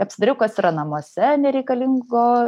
apsidairiau kas yra namuose nereikalingo